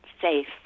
safe